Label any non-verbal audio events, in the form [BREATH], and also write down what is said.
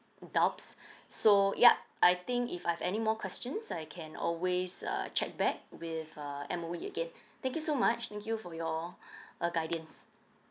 doubts [BREATH] so yup I think if I've any more questions I can always err check back with uh M_O_E again thank you so much thank you for your [BREATH] err guidance